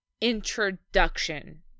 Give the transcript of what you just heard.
introduction